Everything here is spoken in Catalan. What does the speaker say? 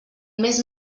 més